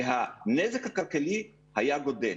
והנזק הכלכלי היה גדל.